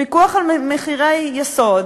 פיקוח על מחירי מוצרי יסוד,